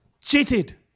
cheated